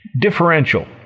Differential